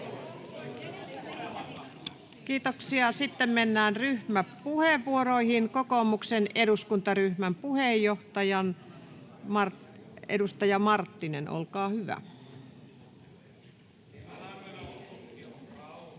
Kiitoksia. — Sitten mennään ryhmäpuheenvuoroihin. — Kokoomuksen eduskuntaryhmän puheenjohtaja, edustaja Marttinen, olkaa hyvä. [Speech